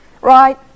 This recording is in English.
right